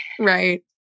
Right